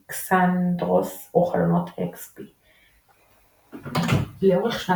Xandros או חלונות XP. לאורך שנת